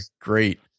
Great